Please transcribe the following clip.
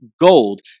gold